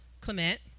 Clement